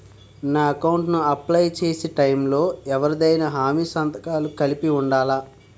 నా అకౌంట్ ను అప్లై చేసి టైం లో ఎవరిదైనా హామీ సంతకాలు కలిపి ఉండలా?